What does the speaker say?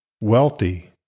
wealthy